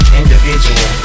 individual